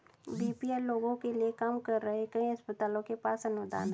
BPL लोगों के लिए काम कर रहे कई अस्पतालों के पास अनुदान हैं